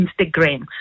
Instagram